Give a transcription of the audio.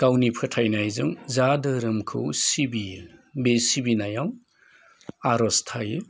गावनि फोथायनायजों जा धोरोमखौ सिबियो बे सिबिनायाव आर'ज थायो